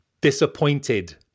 disappointed